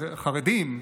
החרדים,